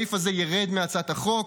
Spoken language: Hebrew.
הסעיף הזה ירֵד מהצעת החוק,